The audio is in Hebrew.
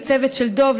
לצוות של דב,